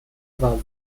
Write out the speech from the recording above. war